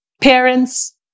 parents